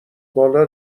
بالا